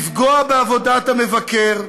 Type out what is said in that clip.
לפגוע בעבודת המבקר,